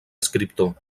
escriptor